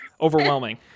overwhelming